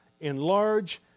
enlarge